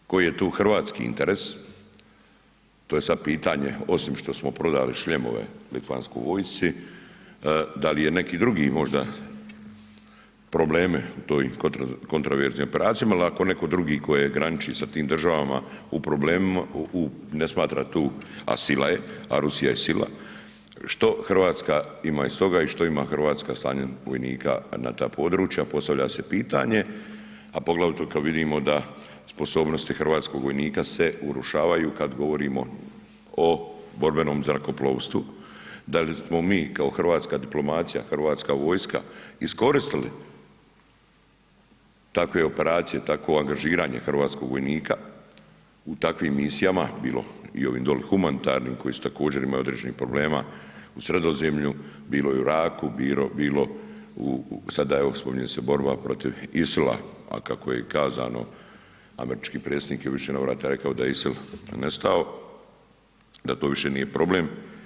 E sad koji je tu hrvatski interes, to je sad pitanje osim što smo prodali šljemove litvanskoj vojsci, dal je neki drugi možda problemi u toj kontraverznim operacijama, jel ako netko drugi koje graniči sa tim državama u problemima, ne smatra tu, a sila je, a Rusija je sila, što RH ima iz toga i što ima RH slanjem vojnika na ta područja, postavlja se pitanje, a poglavito kad vidimo da sposobnosti hrvatskog vojnika se urušavaju kad govorimo o borbenom zrakoplovstvu, da li smo mi kao hrvatska diplomacija, hrvatska vojska iskoristili takve operacije, takvo angažiranje hrvatskog vojnika u takvim misijama, bilo i u ovim doli humanitarnim koji su također imali određenih problema u Sredozemlju, bilo i u Iraku, bilo u, sada evo spominje se borba protiv ISIL-a, a kako je i kazano američki predsjednik je u više navrata rekao da je ISIL nestao, da to više nije problem.